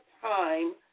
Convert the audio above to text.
time